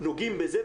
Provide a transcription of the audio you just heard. נוגעים בזה,